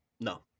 No